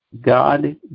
God